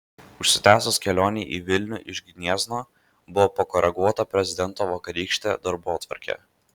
užsitęsus kelionei į vilnių iš gniezno buvo pakoreguota prezidento vakarykštė darbotvarkė